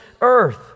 earth